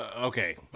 Okay